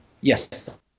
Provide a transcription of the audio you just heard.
Yes